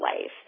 life